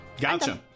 Gotcha